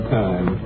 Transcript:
time